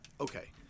Okay